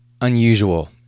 unusual